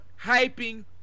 hyping